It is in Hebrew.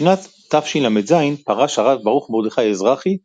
בשנת תשל"ז פרש הרב ברוך מרדכי אזרחי,